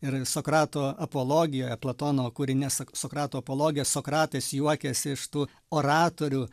ir sokrato apologijo platono kūrinyje sa sokrato apologija sokratas juokiasi iš tų oratorių